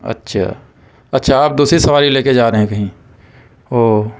اچھا اچھا آپ دوسری سواری لے کے جا رہے ہیں کہیں اوہ